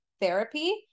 therapy